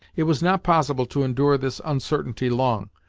it was not possible to endure this uncertainty long.